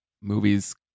movies